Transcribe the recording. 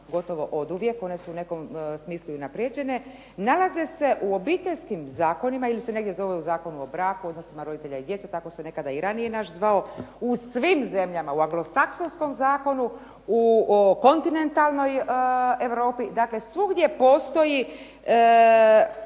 gotovo oduvijek, one su u nekom smislu i unaprijeđene nalaze se u obiteljskim zakonima ili se negdje zove Zakon o braku, odnosima odraslih i djece tako se nekada i ranije naš zvao u svim zemljama, u anglosaksonskom zakonu u kontinentalnoj Europi dakle svugdje postoji